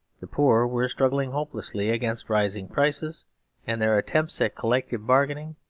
the poor were struggling hopelessly against rising prices and their attempts at collective bargaining,